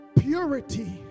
Purity